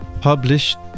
published